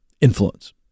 influence